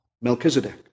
Melchizedek